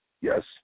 Yes